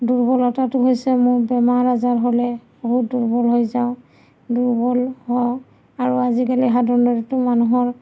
দুৰ্বলতাটো হৈছে মোৰ বেমাৰ আজাৰ হ'লে বহুত দুৰ্বল হৈ যাওঁ দুৰ্বল হওঁ আৰু আজিকালি সাধাৰণতেতো মানুহৰ